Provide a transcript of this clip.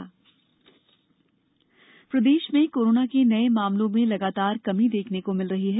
प्रदेश corona प्रदेश में corona के नये मामलों में लगातार कमी देखने को मिल रही है